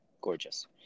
Gorgeous